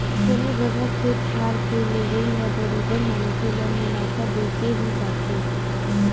कोनो जघा खेत खार के लेवई ह बरोबर मनखे ल मुनाफा देके ही जाथे